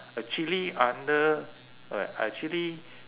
actually under uh actually